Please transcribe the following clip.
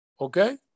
okay